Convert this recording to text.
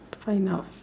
find out